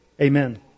Amen